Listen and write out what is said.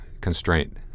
constraint